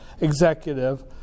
executive